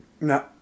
No